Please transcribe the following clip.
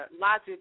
Logic